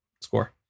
score